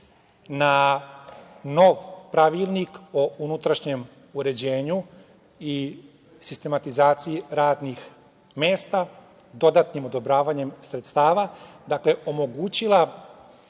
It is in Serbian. na nov Pravilnik o unutrašnjem uređenju i sistematizaciji radnih mesta dodatnim odobravanjem sredstava omogućila